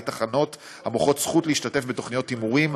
תחנות המוכרות זכות להשתתף בתוכניות הימורים,